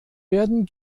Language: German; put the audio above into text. werden